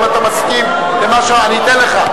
אני אתן לך.